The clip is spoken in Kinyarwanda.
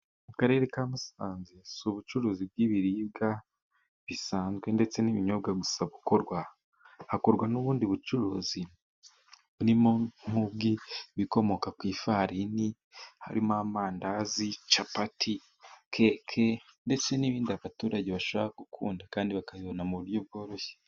Mu karere ka Musanze si ubucuruzi bw'ibiribwa bisanzwe ndetse n'ibinyobwa gusa bukorwa . Hakorwa n'ubundi bucuruzi burimo nk'ubw'ibikomoka ku ifarini harimo amandazi , capati , keke ndetse n'ibindi abaturage bashobora gukunda kandi bakabibona mu buryo bworoshye.